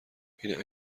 این